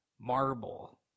marble